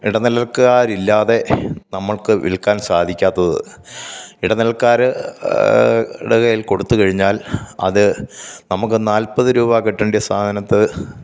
ഇടനിലക്കാരില്ലാതെ നമ്മൾക്ക് വിൽക്കാൻ സാധിക്കാത്തത് ഇടനിലക്കാരുടെ കയ്യിൽ കൊടുത്ത് കഴിഞ്ഞാൽ അത് നമുക്ക് നാൽപ്പത് രൂപ കിട്ടേണ്ട സ്ഥാനത്ത്